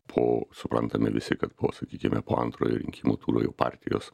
po suprantame visi kad po sakykime po antrojo rinkimų turo jau partijos